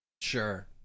sure